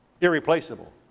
Irreplaceable